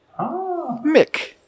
Mick